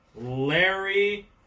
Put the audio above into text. Larry